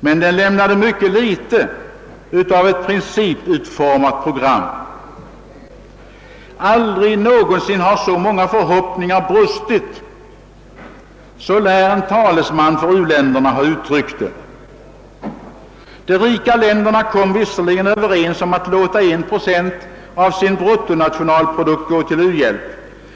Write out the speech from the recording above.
Men den lämnade mycket litet av ett principutformat program. >Aldrig någonsin har så många förhoppningar brustit) — så lär en talesman för u-länderna ha uttryckt det. De rika länderna kom visserligen överens om att låta 1 procent av sin bruttonationalprodukt gå till u-hjälp.